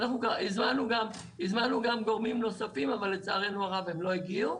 הזמנו גם גורמים נוספים אבל לצערנו הרב הם לא הגיעו.